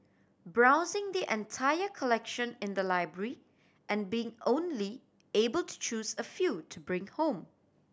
browsing the entire collection in the library and being only able to choose a few to bring home